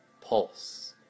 pulse